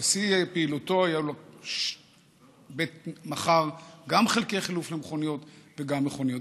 בשיא פעילותו הוא מכר גם חלקי חילוף למכוניות וגם מכוניות.